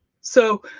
so,